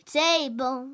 table